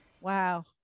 Wow